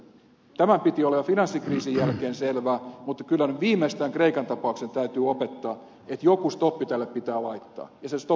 tämän piti olla jo finanssikriisin jälkeen selvä mutta kyllä nyt viimeistään kreikan tapauksen täytyy opettaa että joku stoppi tälle pitää laittaa ja se stoppi pitää laittaa nyt